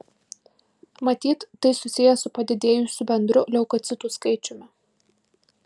matyt tai susiję su padidėjusiu bendru leukocitų skaičiumi